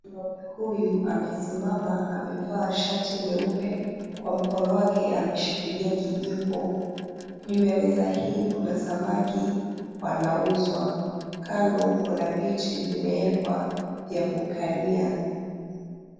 Huyu amesimama, amevaa shati nyeupe, kwa mkono wake ameshikilia kijiko. Kwa meza hii kuna samaki wanauzwa, kando kuna viti vimewekwa vya kukalia.